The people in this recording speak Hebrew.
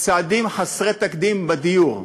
צעדים חסרי תקדים בדיור.